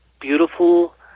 beautiful